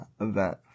event